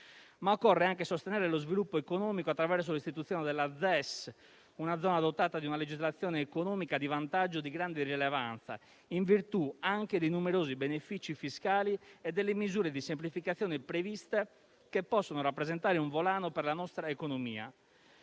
Occorre anche sostenere lo sviluppo economico attraverso l'istituzione della ZES, una zona dotata di una legislazione economica di svantaggio di grande rilevanza, in virtù anche di numerosi benefici fiscali e delle misure di semplificazione previste che possono rappresentare un volano per la nostra economia,